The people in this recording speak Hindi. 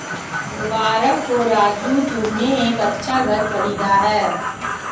मुबारक हो राजू तुमने एक अच्छा घर खरीदा है